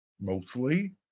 mostly